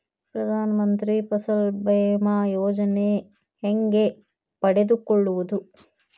ಪ್ರಧಾನ ಮಂತ್ರಿ ಫಸಲ್ ಭೇಮಾ ಯೋಜನೆ ಹೆಂಗೆ ಪಡೆದುಕೊಳ್ಳುವುದು?